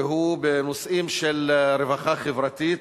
והוא בנושאים של רווחה חברתית,